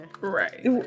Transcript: Right